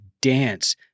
dance